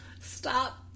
stop